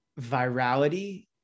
virality